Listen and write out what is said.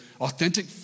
authentic